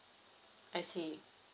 I see